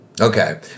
Okay